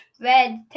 red